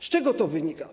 Z czego to wynika?